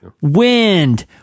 wind